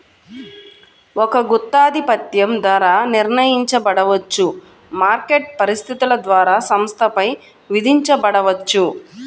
ఒక గుత్తాధిపత్యం ధర నిర్ణయించబడవచ్చు, మార్కెట్ పరిస్థితుల ద్వారా సంస్థపై విధించబడవచ్చు